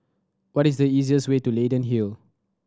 what is the easiest way to Leyden Hill